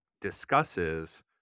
discusses